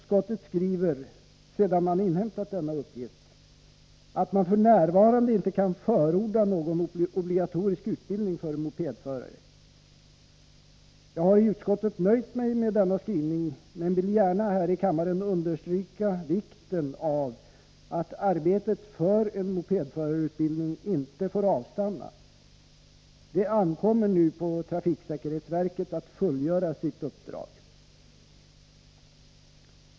Sedan man har inhämtat denna uppgift skriver utskottet att man f. n. inte kan förorda någon obligatorisk utbildning för mopedförare. Jag har i utskottet nöjt mig med denna skrivning men vill gärna här i kammaren understryka vikten av att arbetet för en mopedförarutbildning inte får avstanna. Det ankommer nu på trafiksäkerhetsverket att fullgöra sitt uppdrag.